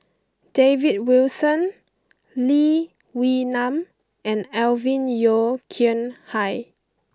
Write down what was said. David Wilson Lee Wee Nam and Alvin Yeo Khirn Hai